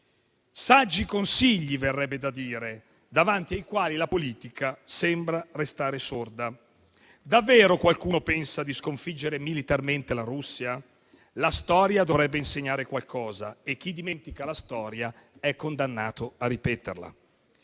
saggi consigli - verrebbe da dire - davanti ai quali la politica sembra restare sorda. Davvero qualcuno pensa di sconfiggere militarmente la Russia? La storia dovrebbe insegnare qualcosa e chi dimentica la storia è condannato a ripeterla.